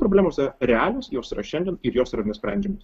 problemos yra realios jos yra šiandien ir jos yra nesprendžiamos